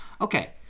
Okay